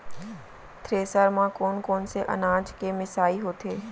Thresher म कोन कोन से अनाज के मिसाई होथे?